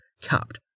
capped